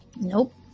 Nope